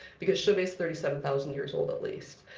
because chauvet is thirty seven thousand years old, at least,